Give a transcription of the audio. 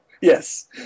Yes